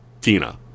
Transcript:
tina